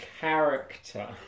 character